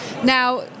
Now